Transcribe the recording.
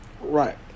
Right